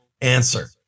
answer